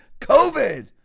COVID